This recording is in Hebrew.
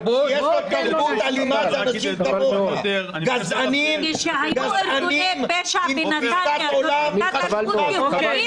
גזען, ------ גזענים עם תפיסת עולם גזענית